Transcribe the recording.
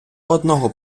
одного